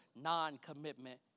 non-commitment